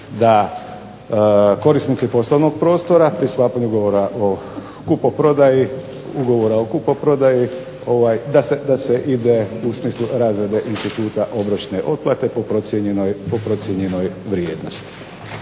da korisnici poslovnog prostora pri sklapanju ugovora o kupoprodaji, ugovora o kupoprodaji, da se ide u smislu razrade instituta obročne otplate po procijenjenoj vrijednosti.